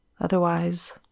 Otherwise